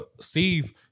Steve